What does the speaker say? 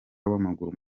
w’amaguru